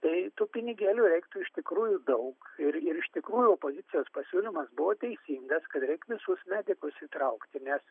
tai tų pinigėlių reiktų iš tikrųjų daug ir ir iš tikrųjų opozicijos pasiūlymas buvo teisingas kad reik visus medikus įtraukti nes